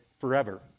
Forever